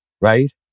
right